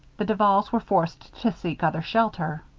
the duvals were forced to seek other shelter.